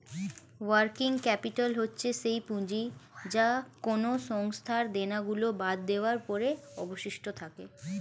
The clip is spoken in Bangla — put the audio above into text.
ওয়ার্কিং ক্যাপিটাল হচ্ছে সেই পুঁজি যা কোনো সংস্থার দেনা গুলো বাদ দেওয়ার পরে অবশিষ্ট থাকে